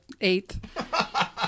eighth